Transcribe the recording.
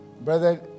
Brother